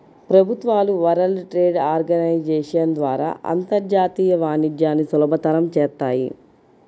ప్రభుత్వాలు world trade organisation ద్వారా అంతర్జాతీయ వాణిజ్యాన్ని సులభతరం చేత్తాయి